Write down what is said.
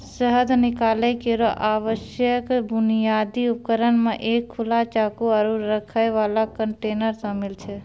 शहद निकालै केरो आवश्यक बुनियादी उपकरण म एक खुला चाकू, आरु रखै वाला कंटेनर शामिल छै